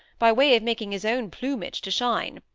by way of making his own plumage to shine.